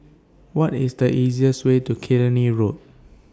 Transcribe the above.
What IS The easiest Way to Killiney Road